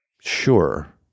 Sure